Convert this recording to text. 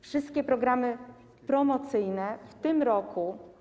Wszystkie programy promocyjne w tym roku.